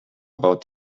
about